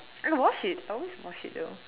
I will wash it I always wash it though